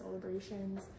celebrations